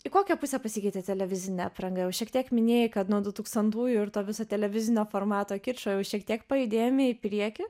į kokią pusę pasikeitė televizinė apranga jau šiek tiek minėjai kad nuo dutūkstantųjų ir to viso televizinio formato kičo jau šiek tiek pajudėjome į priekį